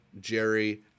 Jerry